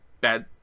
bad